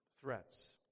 threats